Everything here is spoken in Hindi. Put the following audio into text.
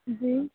जी